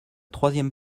troisième